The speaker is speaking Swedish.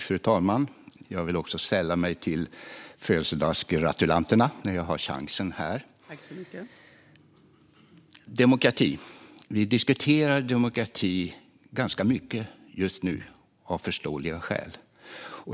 Fru talman! Jag vill sälla mig till födelsedagsgratulanterna när jag nu har chansen. Det handlar om demokrati. Vi diskuterar demokrati ganska mycket just nu, av förståeliga skäl.